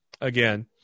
again